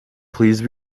please